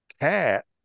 cat